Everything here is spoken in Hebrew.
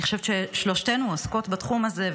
אני חושבת ששלושתנו עוסקות בתחום הזה,